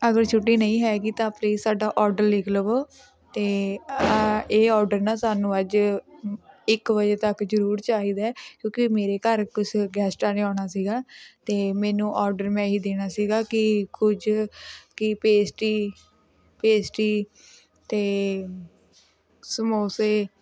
ਅਗਰ ਛੁੱਟੀ ਨਹੀਂ ਹੈਗੀ ਤਾਂ ਪਲੀਜ਼ ਸਾਡਾ ਔਡਰ ਲਿਖ ਲਵੋ ਅਤੇ ਆ ਇਹ ਔਡਰ ਨਾ ਸਾਨੂੰ ਅੱਜ ਇੱਕ ਵਜੇ ਤੱਕ ਜ਼ਰੂਰ ਚਾਹੀਦਾ ਹੈ ਕਿਉਂਕਿ ਮੇਰੇ ਘਰ ਕੁਛ ਗੈਸਟਾਂ ਨੇ ਆਉਣਾ ਸੀਗਾ ਅਤੇ ਮੈਨੂੰ ਔਡਰ ਮੈਂ ਇਹੀ ਦੇਣਾ ਸੀਗਾ ਕਿ ਕੁਝ ਕਿ ਪੇਸਟੀ ਪੇਸਟੀ ਅਤੇ ਸਮੋਸੇ